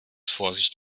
vorsicht